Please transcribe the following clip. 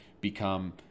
become